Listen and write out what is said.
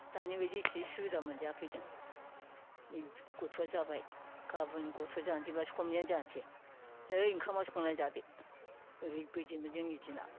दानि बायदि एसे सुबिदा मोनजायाखै जों नै गथ'आ जाबाय गाबोन गथ' जानोसैब्ला समनिया जानोसै नै ओंखामा संना जादो ओरैबायदिमोन जोंनि दिना